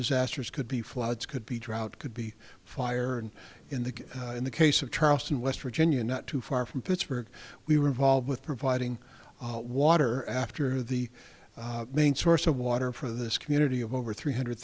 disasters could be floods could be drought could be fired in the in the case of charleston west virginia not too far from pittsburgh we were involved with providing water after the main source of water for this community of over three hundred